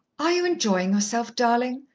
are you enjoying yourself, darling?